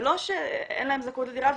ולא שאין להם זכאות לדירה,